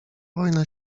wojna